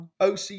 OC